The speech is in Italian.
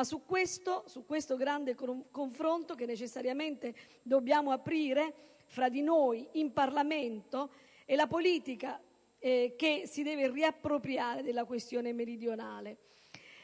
Si tratta di un grande confronto che necessariamente dobbiamo aprire fra di noi, in Parlamento: è la politica che si deve riappropriare della questione meridionale.